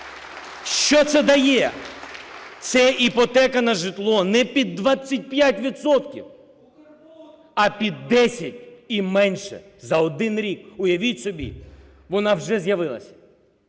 Що це дає? Це іпотека на житло не під 25 відсотків, а під 10 і менше, за один рік. Уявіть собі, вона вже з'явилась.